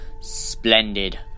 Splendid